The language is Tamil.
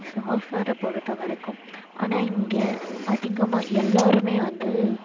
சாஃப்ட்வேரை பொறுத்த வரைக்கும் ஆனால் இங்கே அதிகமாக எல்லாருமே வந்து